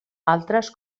altres